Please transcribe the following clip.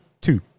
Two